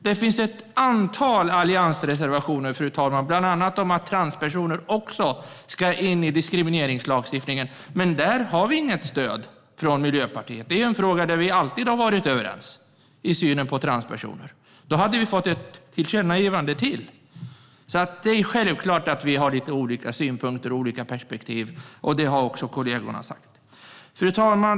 Det finns, fru talman, ett antal alliansreservationer, bland annat om att också transpersoner ska tas med i diskrimineringslagstiftningen. Men där har vi inget stöd från Miljöpartiet, fast vi alltid har varit överens i synen på transpersoner. Där hade vi kunnat få ett tillkännagivande till. Det är självklart att vi har lite olika synpunkter och perspektiv, och det har också kollegorna sagt. Fru talman!